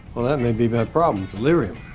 well that may be my problem. delirium.